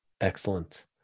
excellent